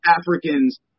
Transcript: Africans